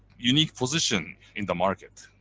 unique position in the market